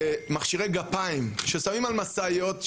מכשירי גפיים ששמים על משאיות.